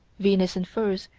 venus in furs,